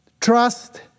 trust